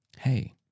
hey